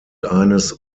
eines